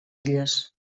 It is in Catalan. illes